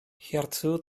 hierzu